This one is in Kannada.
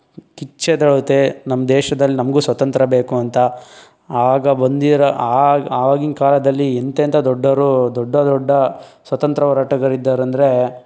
ಕಿಚ್ಚೆದ್ದೇಳುತ್ತೆ ನಮ್ಮ ದೇಶದಲ್ಲಿ ನಮಗೂ ಸ್ವತಂತ್ರ ಬೇಕು ಅಂತ ಆಗ ಬಂದಿರೋ ಅ ಆವಾಗಿನ ಕಾಲದಲ್ಲಿ ಎಂತೆಂಥ ದೊಡ್ಡವರು ದೊಡ್ಡ ದೊಡ್ಡ ಸ್ವತಂತ್ರ ಹೋರಾಟಗಾರರಿದ್ದಾರೆ ಅಂದರೆ